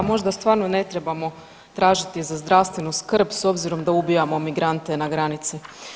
Da, možda stvarno ne trebamo tražiti za zdravstvenu skrb s obzirom da ubijamo migrante na granici.